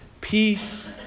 Peace